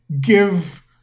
give